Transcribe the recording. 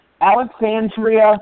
Alexandria